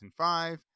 2005